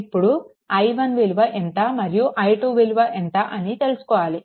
ఇప్పుడు i1 విలువ ఎంత మరియు i2 విలువ ఎంత అని తెలుసుకోవాలి